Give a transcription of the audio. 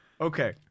Okay